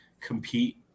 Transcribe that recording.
compete